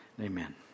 Amen